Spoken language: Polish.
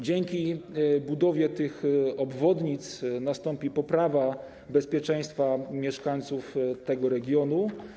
Dzięki budowie tych obwodnic nastąpi poprawa bezpieczeństwa mieszkańców tego regionu.